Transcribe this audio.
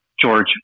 George